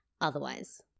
otherwise